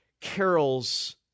carols